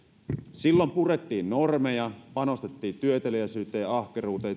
silloin purettiin normeja panostettiin työteliäisyyteen ja ahkeruuteen